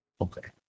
Okay